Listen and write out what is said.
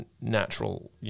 natural